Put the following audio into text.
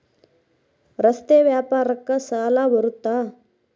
ರಸ್ತೆ ವ್ಯಾಪಾರಕ್ಕ ಸಾಲ ಬರುತ್ತಾ?